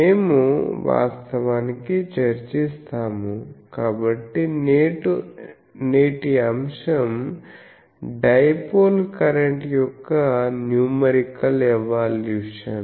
మేము వాస్తవానికి చర్చిస్తాము కాబట్టి నేటి అంశం డైపోల్ కరెంట్ యొక్క న్యూమరికల్ ఎవల్యూషన్